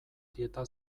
dieta